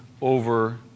over